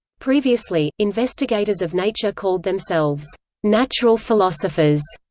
previously, investigators of nature called themselves natural philosophers.